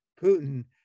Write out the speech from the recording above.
Putin